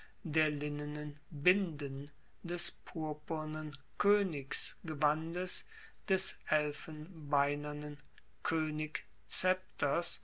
der linnenen binden des purpurnen koenigsgewandes des elfenbeinernen